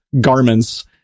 garments